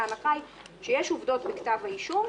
ההנחה היא שיש עובדות בכתב האישום,